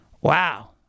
Wow